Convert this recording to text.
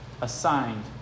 assigned